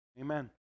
Amen